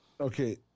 Okay